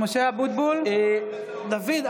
דוד,